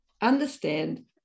understand